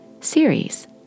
series